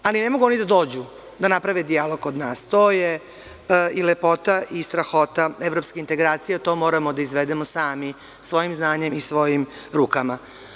Ali, ne mogu oni da dođu da naprave dijalog kod nas, to je i lepota i strahota evropskih integracija, to moramo da izvedemo sami svojim znanjem i svojim rukama.